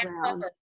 ground